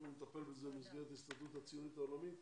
מטפל בנושא במסגרת ההסתדרות הציונית העולמית